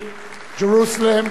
and to our shrine of democracy,